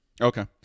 Okay